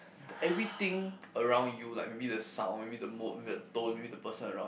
everything around you like maybe the sound maybe the mode maybe the tone maybe the person around you